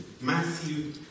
Matthew